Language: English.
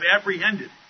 apprehended